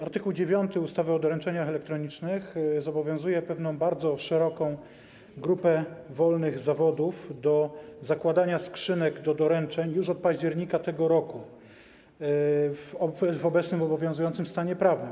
Art. 9 ustawy o doręczeniach elektronicznych zobowiązuje pewną bardzo szeroką grupę wolnych zawodów do zakładania skrzynek do doręczeń już od października tego roku, w obecnie obowiązującym stanie prawnym.